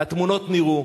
והתמונות נראו,